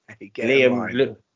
Liam